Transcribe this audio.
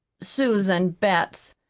susan betts,